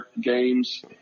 games